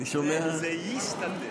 אני שומע, זה יסתדר.